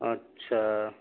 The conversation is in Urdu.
اچھا